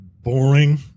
boring